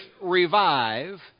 Revive